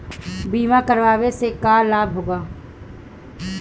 बीमा करावे से का लाभ होला?